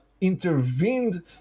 intervened